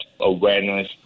awareness